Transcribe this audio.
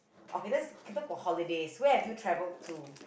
okay let's can talk about holidays where have you travelled to